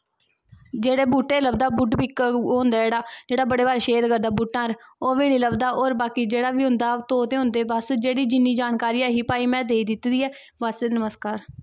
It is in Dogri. जेह्ड़ा बूटे गी लब्भदा बुड्ड कट्टर होंदा जेह्ड़ा बड़े भारी छेद करदा बूह्टें पर ओह् बी नी लब्भदा होर तोता होंदे बस होर जिन्नी जानकारी ऐही भाई में दे दित्ती दी ऐ बस नमस्कार